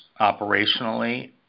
operationally